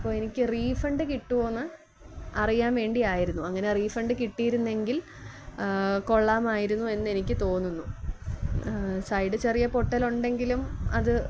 അപ്പോള് എനിക്ക് റീഫണ്ട് കിട്ടുമോന്ന് അറിയാന് വേണ്ടി ആയിരുന്നു അങ്ങനെ റീഫണ്ട് കിട്ടിയിരുന്നെങ്കിൽ കൊള്ളാമായിരുന്നു എന്നെനിക്ക് തോന്നുന്നു സൈഡ് ചെറിയ പൊട്ടൽ ഉണ്ടെങ്കിലും അത്